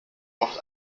oft